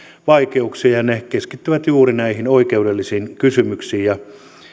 ja ne keskittyivät juuri näihin oikeudellisiin kysymyksiin